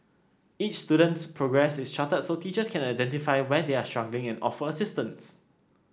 each student's progress is charted so teachers can identify where they are struggling and offer assistance